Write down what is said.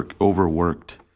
overworked